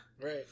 Right